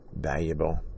valuable